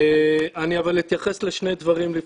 כרגע, אבל לפני כן אני אתייחס לשני דברים.